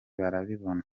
barabibona